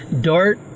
Dart